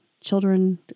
children